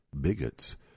bigots